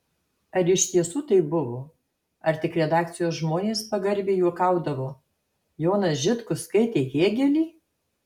ar iš tiesų taip buvo ar tik redakcijos žmonės pagarbiai juokaudavo jonas žitkus skaitė hėgelį